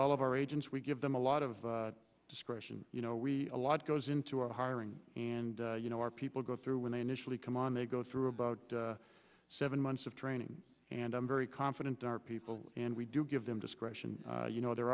all of our agents we give them a lot of discretion you know we a lot goes into a hiring and you know our people go through when they initially come on they go through about seven months of training and i'm very confident in our people and we do give them discretion you know there